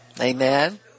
Amen